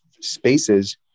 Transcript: spaces